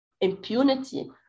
impunity